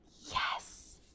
Yes